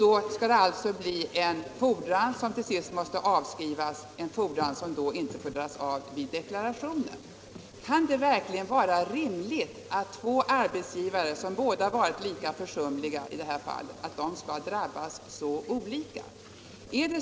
Då skulle det alltså uppstå en fordran som till sist måste avskrivas och som inte får dras av vid deklarationen. Kan det verkligen vara rimligt att två arbetsgivare som är lika försumliga i detta avseende skall drabbas så olika?